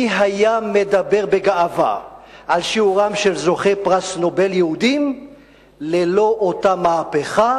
מי היה מדבר בגאווה על שיעורם של זוכי פרס נובל יהודים ללא אותה מהפכה